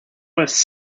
was